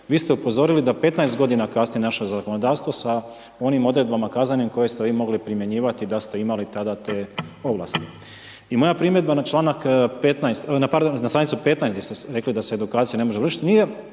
Vi ste upozorili da 15 g. kasnije naše zakonodavstvo sa onim odredbama kaznenim koje ste vi mogli primjenjivati da ste imali tada te ovlasti. I moja primjedba na čl. 15. na str. 15. gdje ste rekli da se edukacija ne može vršiti, nije